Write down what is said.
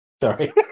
Sorry